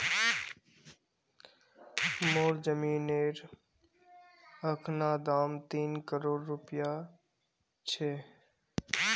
मोर जमीनेर अखना दाम तीन करोड़ रूपया छ